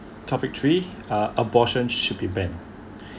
topic three uh abortion should be banned